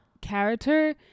character